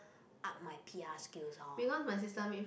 up my P_R skills hor